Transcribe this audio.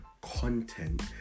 content